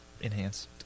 enhanced